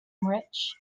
rich